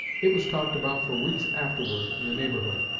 it was talked about for weeks afterward in the neighborhood,